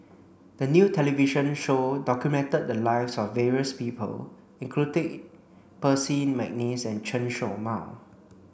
the new television show documented the lives of various people including Percy McNeice and Chen Show Mao